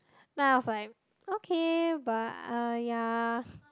then I was like okay but uh ya